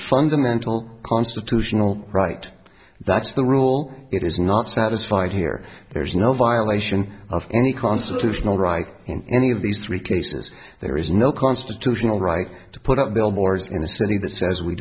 fundamental constitutional right that's the rule it is not satisfied here there's no violation of any constitutional right in any of these three cases there is no constitutional right to put up billboards in the city that says we